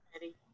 Ready